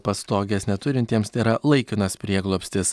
pastogės neturintiems tėra laikinas prieglobstis